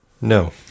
No